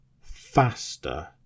faster